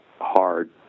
hard